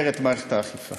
אנחנו נתגבר את מערכת האכיפה.